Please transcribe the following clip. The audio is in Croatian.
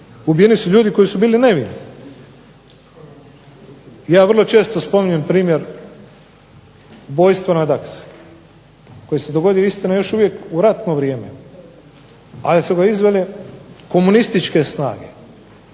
Ubijeni su ljudi koji su bili nevini. Ja vrlo često spominjem primjer .../Govornik se ne razumije./... koji se dogodio istina još uvijek u ratno vrijeme ali su ga izvele komunističke snage.